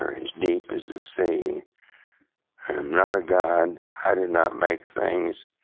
are as deep as the sea. i am not a god. i do not make things.